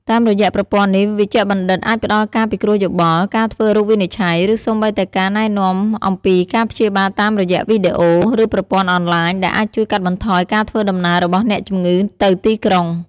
តាមរយៈប្រព័ន្ធនេះ វេជ្ជបណ្ឌិតអាចផ្តល់ការពិគ្រោះយោបល់ ការធ្វើរោគវិនិច្ឆ័យ ឬសូម្បីតែការណែនាំអំពីការព្យាបាលតាមរយៈវីដេអូ ឬប្រព័ន្ធអនឡាញ ដែលអាចជួយកាត់បន្ថយការធ្វើដំណើររបស់អ្នកជំងឺទៅទីក្រុង។